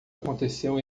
aconteceu